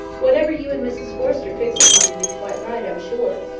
whatever you and mrs forrester fix upon, will be quite right, i'm sure.